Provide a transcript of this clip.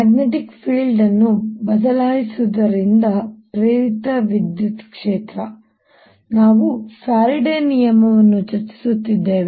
magnetic field ಅನ್ನು ಬದಲಾಯಿಸುವುದರಿಂದ ಪ್ರೇರಿತ ವಿದ್ಯುತ್ ಕ್ಷೇತ್ರ ನಾವು ಫ್ಯಾರಡೆಯ ನಿಯಮವನ್ನು ಚರ್ಚಿಸುತ್ತಿದ್ದೇವೆ